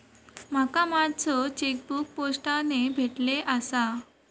माका माझो चेकबुक पोस्टाने भेटले आसा